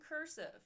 cursive